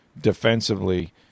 defensively